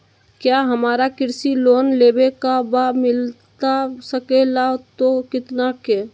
क्या हमारा कृषि लोन लेवे का बा मिलता सके ला तो कितना के?